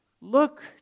Look